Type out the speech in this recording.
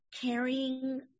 carrying